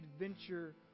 adventure